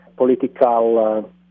political